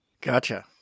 Gotcha